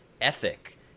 ethic